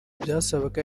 byasabaga